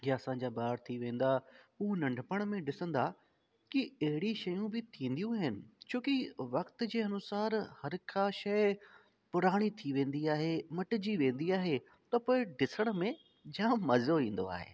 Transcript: या असांजा ॿार थी वेंदा हू नंढिपण में ॾिसंदा कि अहिड़ी शयूं बि थीदियूं आहिनि छो कि वक़्ति जे अनुसार हर का शइ पुराणी थी वेंदी आहे मटिजी वेंदी आहे त पर ॾिसण में जामु मज़ो ईंदो आहे